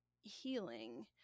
healing